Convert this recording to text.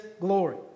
glory